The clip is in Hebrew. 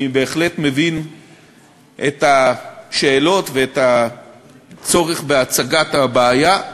אני בהחלט מבין את השאלות ואת הצורך בהצגת הבעיה.